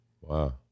Wow